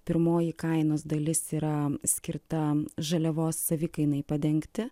pirmoji kainos dalis yra skirta žaliavos savikainai padengti